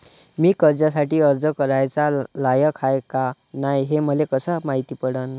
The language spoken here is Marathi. मी कर्जासाठी अर्ज कराचा लायक हाय का नाय हे मले कसं मायती पडन?